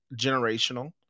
generational